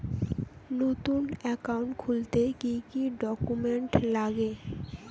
নতুন একাউন্ট খুলতে কি কি ডকুমেন্ট লাগে?